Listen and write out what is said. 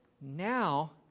now